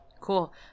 Cool